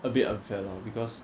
a bit unfair lor because